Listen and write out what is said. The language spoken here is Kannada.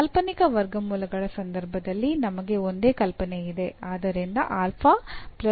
ಕಾಲ್ಪನಿಕ ವರ್ಗಮೂಲಗಳ ಸಂದರ್ಭದಲ್ಲಿ ನಮಗೆ ಒಂದೇ ಕಲ್ಪನೆ ಇದೆ